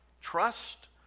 Trust